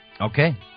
Okay